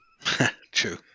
True